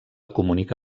comunica